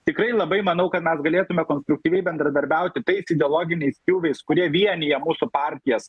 tikrai labai manau kad mes galėtume konstruktyviai bendradarbiauti tais ideologiniais pjūviais kurie vienija mūsų partijas